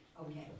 Okay